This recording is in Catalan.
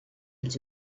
els